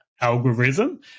algorithm